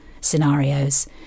scenarios